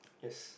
yes